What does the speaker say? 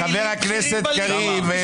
חבר הכנסת קריב,